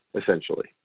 essentially